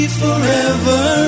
forever